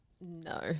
No